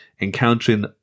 encountering